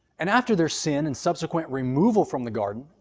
and after their sin and subsequent removal from the garden,